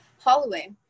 holloway